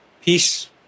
peace